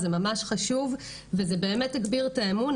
זה ממש חשוב וזה הגביר את האמון,